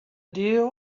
deal